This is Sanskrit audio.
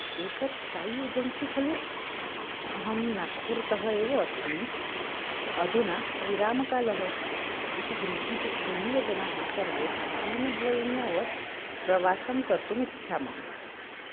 एतत् साइी एजेन्सि खलु अहं नाग्पूर्तः एव अस्मि अधुना विरामकालः इति गृहीजि गृहीयजनाः सर्वे दिनद्वयं यावत् प्रवासं कर्तुम् इच्छामः